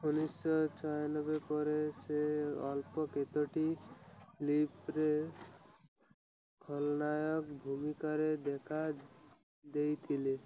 ଉଣେଇଶି ଛୟାନବେ ପରେ ସେ ଅଳ୍ପ କେତୋଟି ଫିଲ୍ମରେ ଖଳନାୟକ ଭୂମିକାରେ ଦେଖା ଦେଇଥିଲେ